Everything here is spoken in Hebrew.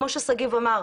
כמו שגיב אמר.